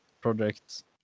project